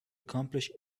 accomplish